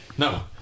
No